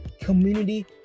community